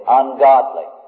ungodly